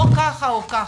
או ככה, או ככה.